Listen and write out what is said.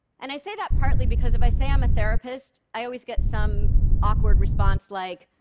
and i say that partly because if i say i'm a therapist, i always get some awkward response, like,